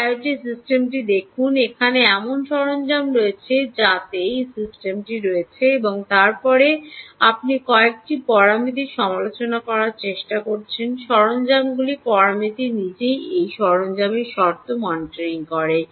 এই আইওটি সিস্টেমটি দেখুন এখানে এমন সরঞ্জাম রয়েছে যাতে এই সিস্টেমটি রয়েছে এবং তারপরে আপনি কয়েকটি পরিমিতি সমালোচনা করার চেষ্টা করছেন সরঞ্জামগুলির পরামিতি নিজেই এই সরঞ্জামের শর্ত মনিটরিং করে